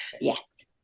Yes